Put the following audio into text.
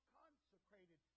consecrated